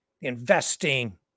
investing